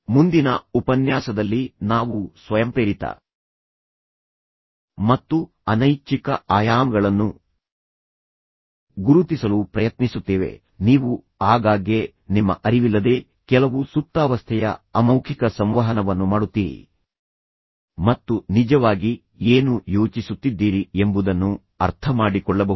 ಮುಂದಿನ ಉಪನ್ಯಾಸದಲ್ಲಿ ನಾವು ಸ್ವಯಂಪ್ರೇರಿತ ಮತ್ತು ಅನೈಚ್ಛಿಕ ಆಯಾಮಗಳನ್ನು ಗುರುತಿಸಲು ಪ್ರಯತ್ನಿಸುತ್ತೇವೆ ನೀವು ಆಗಾಗ್ಗೆ ನಿಮ್ಮ ಅರಿವಿಲ್ಲದೆ ಕೆಲವು ಸುಪ್ತಾವಸ್ಥೆಯ ಅಮೌಖಿಕ ಸಂವಹನವನ್ನು ಮಾಡುತ್ತೀರಿ ಮತ್ತು ನಿಜವಾಗಿ ಏನು ಯೋಚಿಸುತ್ತಿದ್ದೀರಿ ಎಂಬುದನ್ನು ಅರ್ಥಮಾಡಿಕೊಳ್ಳಬಹುದು